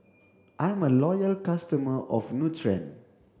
I'm a loyal customer of Nutren